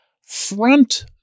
front